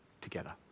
together